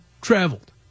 traveled